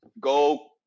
go